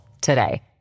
today